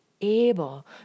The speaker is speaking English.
able